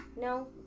No